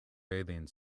bathing